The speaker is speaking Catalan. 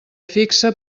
fixa